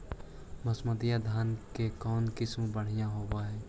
बासमती धान के कौन किसम बँढ़िया होब है?